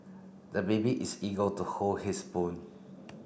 the baby is eager to hold his spoon